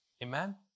Amen